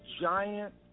giant